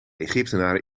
egyptenaren